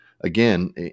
again